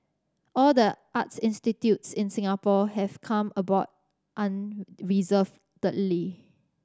all the arts institutes in Singapore have come aboard unreservedly